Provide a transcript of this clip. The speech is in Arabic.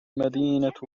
مدينة